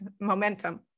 momentum